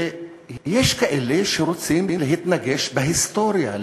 ויש כאלה שרוצים להתנגש בהיסטוריה,